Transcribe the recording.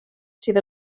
sydd